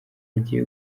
agiye